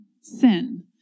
sin